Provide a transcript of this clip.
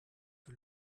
que